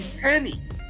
pennies